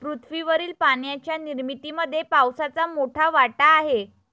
पृथ्वीवरील पाण्याच्या निर्मितीमध्ये पावसाचा मोठा वाटा आहे